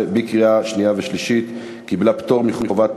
עברה בקריאה שנייה ובקריאה שלישית ותיכנס לספר החוקים.